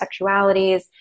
sexualities